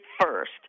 first